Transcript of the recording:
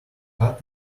cut